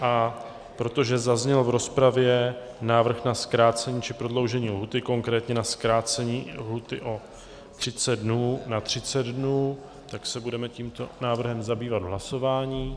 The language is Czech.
A protože zazněl v rozpravě návrh na zkrácení či prodloužení lhůty, konkrétně na zkrácení lhůty o 30 dnů na 30 dnů, tak se budeme tímto návrhem zabývat v hlasování.